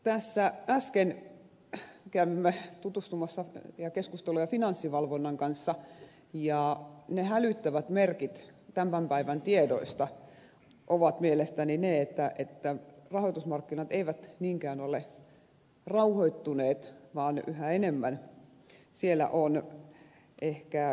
tässä äsken kävimme tutustumassa ja keskustelimme finanssivalvonnan kanssa ja ne hälyttävät merkit tämän päivän tiedoista ovat mielestäni ne että rahoitusmarkkinat eivät niinkään ole rauhoittuneet vaan yhä enemmän siellä on ehkä epävarmuutta